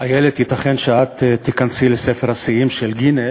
איילת, ייתכן שאת תיכנסי לספר השיאים של גינס,